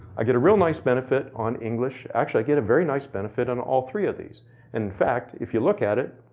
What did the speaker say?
i get a real nice benefit on the english, actually i get a very nice benefit on all three of these, and in fact if you look at it,